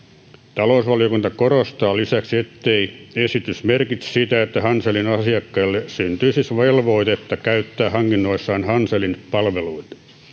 talousvaliokunta korostaa lisäksi ettei esitys merkitse sitä että hanselin asiakkaille syntyisi velvoitetta käyttää hankinnoissaan hanselin palveluita